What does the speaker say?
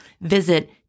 Visit